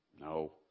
No